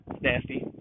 nasty